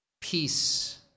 Peace